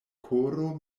koro